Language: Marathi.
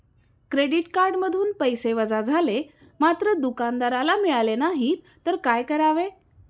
क्रेडिट कार्डमधून पैसे वजा झाले मात्र दुकानदाराला मिळाले नाहीत तर काय करावे?